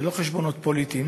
ללא חשבונות פוליטיים,